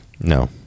No